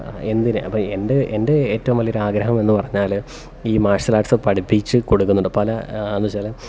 എന്തിന് അപ്പം എൻ്റെ എൻ്റെ ഏറ്റവും വലിയൊരാഗ്രഹം എന്നു പറഞ്ഞാൽ ഈ മാർഷൽ ആർട്ട്സ് പഠിപ്പിച്ചു കൊടുക്കുന്നുണ്ട് പല എന്നു വെച്ചാൽ